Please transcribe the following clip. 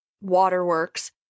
Waterworks